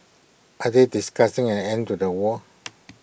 are they discussing an end to the war